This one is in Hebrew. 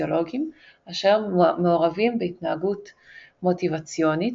פיזיולוגיים אשר מעורבים בהתנהגות מוטיבציוניות,